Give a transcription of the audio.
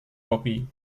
kopi